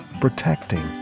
protecting